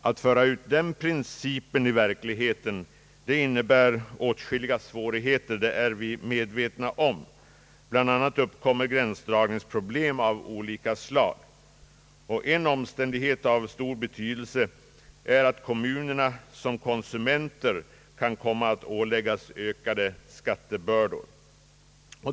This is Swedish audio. Att föra ut den principen i verkligheten innebär åtskilliga svårigheter, det är vi medvetna om. Bland annat uppkommer gränsdragningsproblem av olika slag, och en omständighet av stor betydelse är att kommunerna som konsumenter kan komma att åläggas ökade skattebördor.